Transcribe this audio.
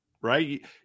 Right